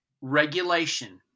regulation